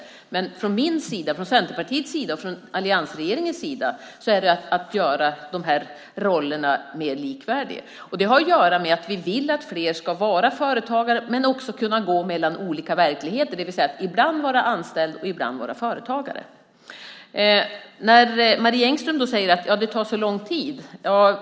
Men från min sida, Centerpartiets sida och alliansregeringens sida gäller att göra de här rollerna mer likvärdiga. Det har att göra med att vi vill att fler ska vara företagare men också kunna gå mellan olika verkligheter, det vill säga ibland vara anställd och ibland företagare. Marie Engström menar att det tar så lång tid.